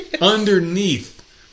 Underneath